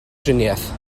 triniaeth